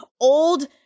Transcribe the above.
old